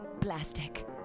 plastic